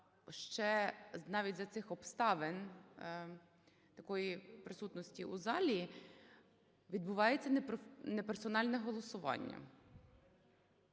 ще навіть за цих обставин, такої присутності у залі, відбуваєтьсянеперсональне голосування.